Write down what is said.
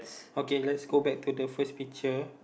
okay let's go back to the first picture